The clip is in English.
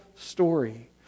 story